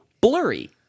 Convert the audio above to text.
blurry